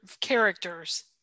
characters